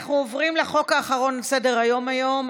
אנחנו עוברים להצעת החוק האחרונה בסדר-היום היום,